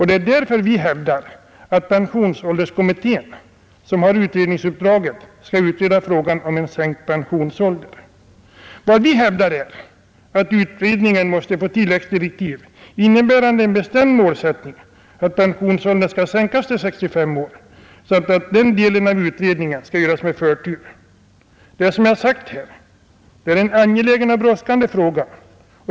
Det är därför vi hävdar att pensionsålderskommittén, som har utredningsuppdraget, skall utreda frågan om en sänkt pensionsålder. Vad vi hävdar är att utredningen måste få tilläggsdirektiv innebärande en bestämd målsättning att pensionsåldern skall sänkas till 65 år samt att den delen av utredningen skall göras med förtur. Det är, som jag sagt här, en angelägen och brådskande fråga.